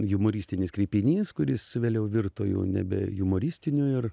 jumoristinis kreipinys kuris vėliau virto jau nebe jumoristiniu ir